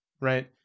right